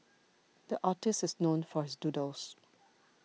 the artist is known for his doodles